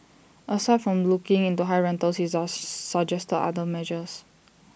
aside from looking into high rentals he suggested other measures